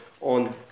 on